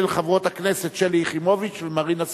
חברות הכנסת שלי יחימוביץ ומרינה סולודקין.